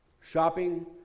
shopping